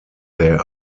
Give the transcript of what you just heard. there